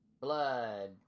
blood